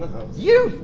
you.